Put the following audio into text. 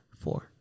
Four